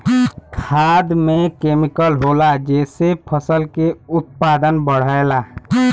खाद में केमिकल होला जेसे फसल के उत्पादन बढ़ला